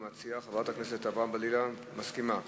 המציעה, חברת הכנסת אברהם-בלילא, מסכימה?